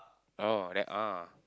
oh then ah